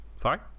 Sorry